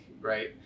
right